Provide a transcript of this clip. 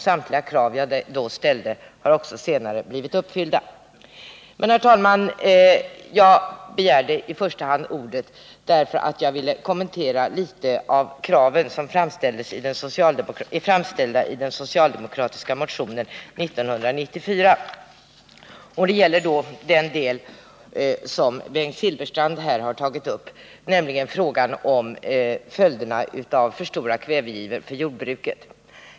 Samtliga krav som jag då ställde har också senare blivit uppfyllda. Men, herr talman, jag begärde i första hand ordet därför att jag ville kommentera några av de krav som framställs i den socialdemokratiska motionen 1994. Det gäller den del som Bengt Silfverstrand har tagit upp, nämligen frågan om följderna av för stora kvävegivor inom jordbruket.